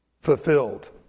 fulfilled